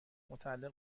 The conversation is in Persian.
متعلق